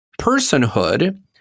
Personhood